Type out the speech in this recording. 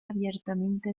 abiertamente